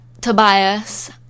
tobias